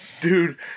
Dude